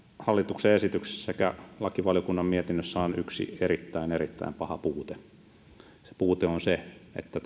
hallituksen esityksessä sekä lakivaliokunnan mietinnössä on yksi erittäin erittäin paha puute se puute on se että